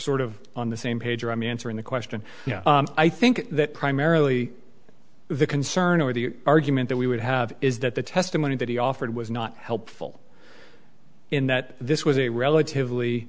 sort of on the same page i mean answering the question i think that primarily the concern or the argument that we would have is that the testimony that he offered was not helpful in that this was a relatively